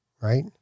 right